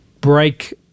break